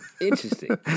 Interesting